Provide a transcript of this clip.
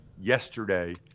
yesterday